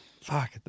Fuck